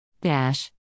Dash